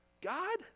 God